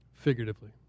figuratively